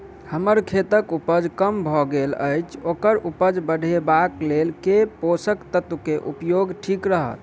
हम्मर खेतक उपज कम भऽ गेल अछि ओकर उपज बढ़ेबाक लेल केँ पोसक तत्व केँ उपयोग ठीक रहत?